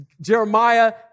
Jeremiah